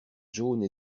jaune